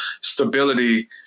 stability